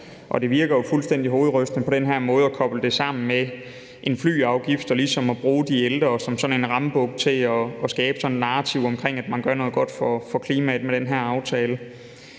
det virker fuldstændig hovedrystende på den her måde at koble det sammen med en flyafgift og ligesom bruge de ældre som sådan en rambuk til at skabe et narrativ om, at man gør noget godt for klimaet med den her aftale.